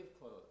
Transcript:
clothes